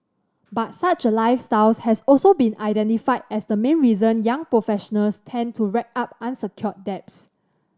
but such a lifestyle has also been identified as the main reason young professionals tend to rack up unsecured debts